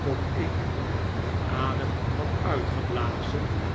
tot ik den adem had uitgeblazen